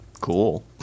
cool